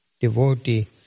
devotee